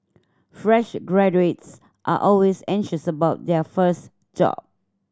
fresh graduates are always anxious about their first job